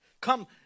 Come